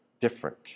different